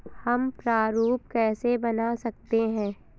हम प्रारूप कैसे बना सकते हैं?